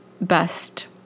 best